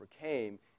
came